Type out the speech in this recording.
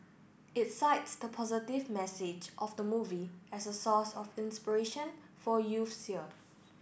it cites the positive message of the movie as a source of inspiration for youths here